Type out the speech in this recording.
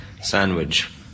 Sandwich